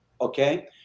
Okay